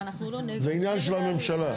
זה עניין של הממשלה.